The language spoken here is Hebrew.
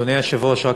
אדוני היושב-ראש,